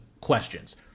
questions